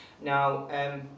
Now